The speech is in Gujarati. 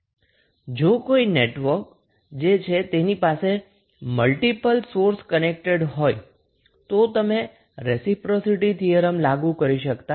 આમ જો કોઈ નેટવર્ક જે છે તેની પાસે જો મલ્ટીપલ સોર્સ કનેક્ટ કરેલા હોય તો તમે રેસિપ્રોસિટી થીયરમ લાગુ કરી શકતા નથી